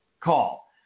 call